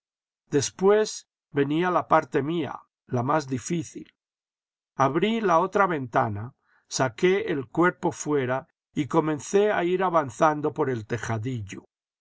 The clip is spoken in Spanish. después venía la parte mía la más difícil abrí la otra ventana saqué el cuerpo fuera y comencé a ir avanzando por el tejadillo